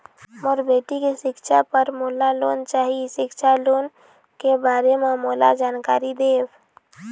मोर बेटी के सिक्छा पर मोला लोन चाही सिक्छा लोन के बारे म मोला जानकारी देव?